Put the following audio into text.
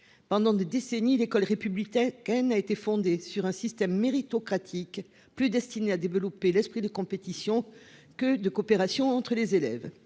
Pendant des décennies, l'école républicaine a été fondée sur un système méritocratique, destinée à développer davantage l'esprit de compétition que de coopération entre les élèves.